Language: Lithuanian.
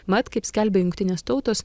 mat kaip skelbia jungtinės tautos